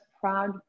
proud